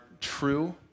true